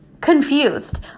confused